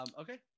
Okay